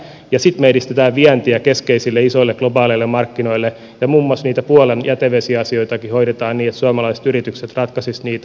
ja sitten me edistämme vientiä keskeisille isoille globaaleille markkinoille ja muun muassa niitä puolan jätevesiasioitakin hoidetaan niin että suomalaiset yritykset ratkaisisivat niitä